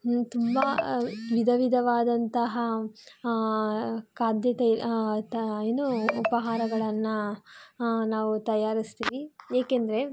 ತುಂಬ ವಿಧ ವಿಧವಾದಂತಹ ಖಾದ್ಯ ಏನು ಉಪಹಾರಗಳನ್ನು ನಾವು ತಯಾರಿಸ್ತೀವಿ ಏಕೆಂದರೆ